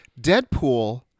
Deadpool